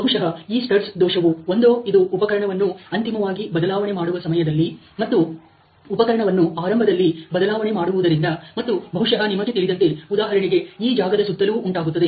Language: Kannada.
ಬಹುಶಃ ಈ ಸ್ಟಡ್ಸ್ ದೋಷವು ಒಂದೋ ಇದು ಉಪಕರಣವನ್ನು ಅಂತಿಮವಾಗಿ ಬದಲಾವಣೆ ಮಾಡುವ ಸಮಯದಲ್ಲಿ ಮತ್ತು ಉಪಕರಣವನ್ನು ಆರಂಭದಲ್ಲಿ ಬದಲಾವಣೆ ಮಾಡುವುದರಿಂದ ಮತ್ತು ಬಹುಶಹ ನಿಮಗೆ ತಿಳಿದಂತೆ ಉದಾಹರಣೆಗೆ ಈ ಜಾಗದ ಸುತ್ತಲೂ ಉಂಟಾಗುತ್ತದೆ